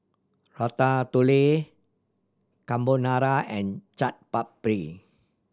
Ratatouille Carbonara and Chaat Papri